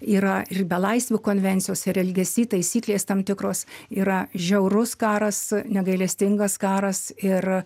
yra ir belaisvių konvencijos ir elgesy taisyklės tam tikros yra žiaurus karas negailestingas karas ir